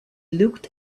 looked